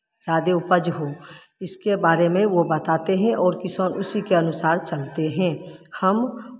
ज़्यादे उपज हो इसके बारे में वो बताते हैं और किसान उसी के के अनुसार चलते हैं हम